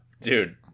dude